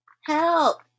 Help